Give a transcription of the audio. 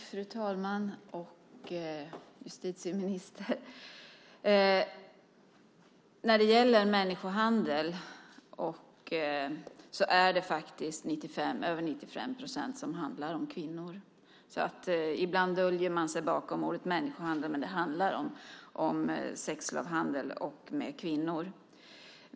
Fru talman! När det gäller människohandel handlar det till över 95 procent om kvinnor. Ibland gömmer man sig bakom ordet människohandel, men det handlar om sexslavhandel med kvinnor.